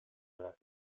الى